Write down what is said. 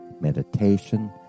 meditation